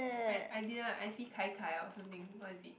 I I didn't I see Kai-Kai or something what is it